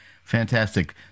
Fantastic